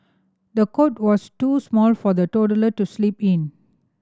the cot was too small for the toddler to sleep in